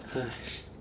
!hais!